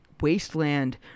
Wasteland